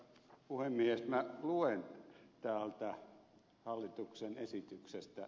minä luen täältä hallituksen esityksestä ed